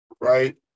right